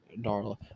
Darla